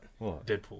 Deadpool